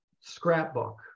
scrapbook